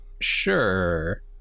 sure